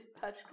touch